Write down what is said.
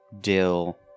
dill